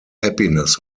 happiness